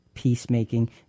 peacemaking